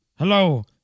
Hello